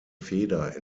feder